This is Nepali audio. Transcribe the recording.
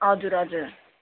हजुर हजुर